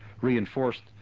reinforced